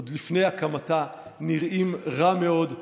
עוד לפני הקמתה, נראים רע מאוד.